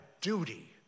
duty